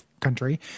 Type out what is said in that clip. country